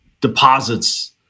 deposits